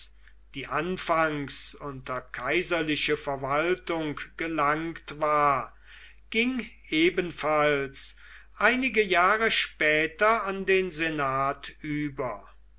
die anfangs unter kaiserliche verwaltung gelangt war ging ebenfalls wenige jahre später an den senat über